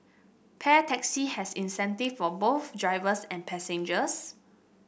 Pair Taxi has incentive for both drivers and passengers